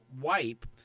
wipe